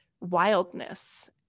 wildness